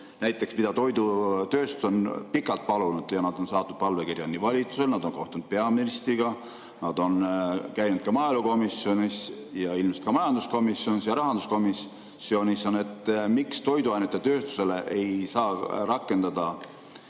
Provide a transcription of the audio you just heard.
rakendanud. Toidutööstus on seda pikalt palunud, nad on saatnud palvekirja valitsusele, nad on kohtunud peaministriga, nad on käinud maaelukomisjonis ja ilmselt ka majanduskomisjonis ja rahanduskomisjonis: miks toiduainetööstusele ei saa rakendada